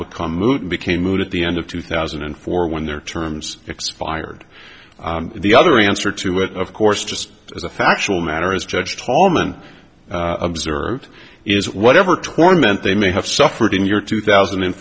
become moot became moot at the end of two thousand and four when their terms expired the other answer to it of course just as a factual matter as judge tallman observed is whatever torment they may have suffered in your two thousand and